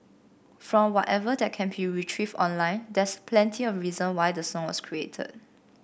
from whatever that can be retrieved online there's plenty of reason why the song was created